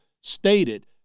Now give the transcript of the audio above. stated